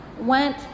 went